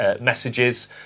messages